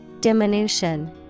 Diminution